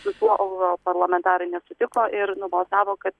su tuo europarlamentarai nesutiko ir nubalsavo kad